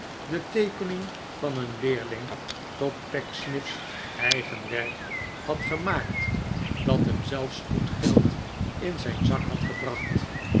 de teekening van een leerling tot pecksniff's eigen werk had gemaakt dat hem zelfs goed geld in zijn zak had gebracht